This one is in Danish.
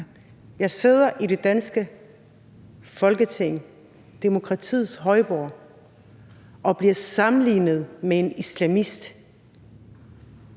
Jeg sidder i det danske Folketing, demokratiets højborg, og bliver sammenlignet med en islamist.